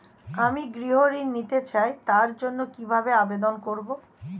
আমি গৃহ ঋণ নিতে চাই তার জন্য কিভাবে আবেদন করব?